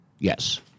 Yes